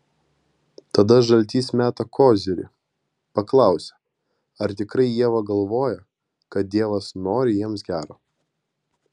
tada žaltys meta kozirį paklausia ar tikrai ieva galvoja kad dievas nori jiems gero